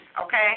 okay